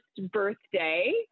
birthday